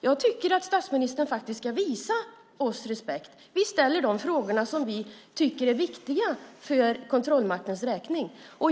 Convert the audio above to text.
Jag tycker att statsministern faktiskt ska visa oss respekt. Vi ställer de frågor som vi tycker är viktiga för kontrollmaktens räkning.